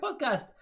podcast